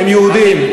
הם יהודים.